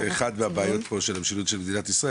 אחד הבעיות של המשילות של מדינת ישראל,